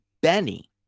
Benny